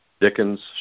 Dickens